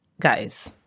guys